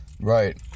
Right